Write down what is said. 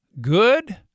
good